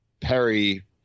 perry